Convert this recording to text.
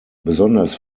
besonders